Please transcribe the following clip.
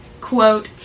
quote